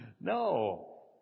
No